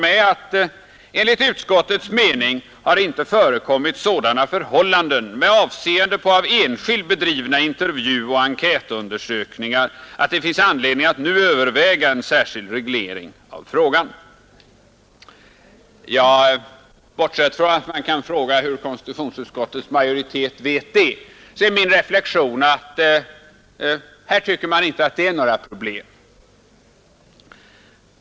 ——— Enligt utskottets mening har inte förekommit sådana förhållanden med avseende på av enskild bedrivna intervjuoch enkät 165 undersökningar att det finns anledning att nu överväga en särskild reglering av frågan om sekretesskydd för uppgiftslämnare till sådan undersökning.” Bortsett från att man kan fråga hur konstitutionsutskottets majoritet vet det, är min reflexion att här tycker utskottsmajoriteten inte att det är några problem.